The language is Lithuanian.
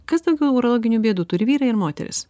kas daugiau urologinių bėdų turi vyrai ar moterys